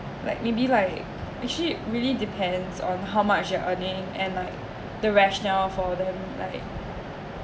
like maybe like actually really depends on how much you are earning and like the rationale for them